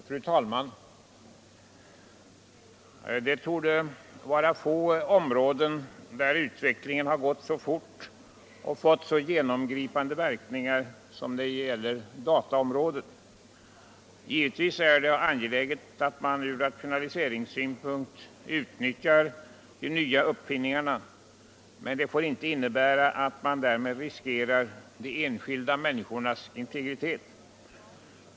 Fru talman! Det torde vara få områden där utvecklingen gått så fort och fått så genomgripande verkningar som när det gäller dataområdet. Givetvis är det angeläget att man ur rationaliseringssynpunkt utnyttjar de nya uppfinningarna, men detta får inte innebära att man därmed riskerar de enskilda människornas integritet.